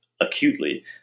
acutely